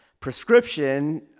Prescription